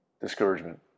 discouragement